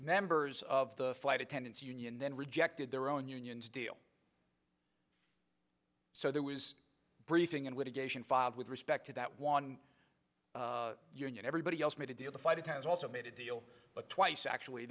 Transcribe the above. members of the flight attendants union then rejected their own unions deal so there was briefing and litigation filed with respect to that one union everybody else made a deal to fight it has also made a deal but twice actually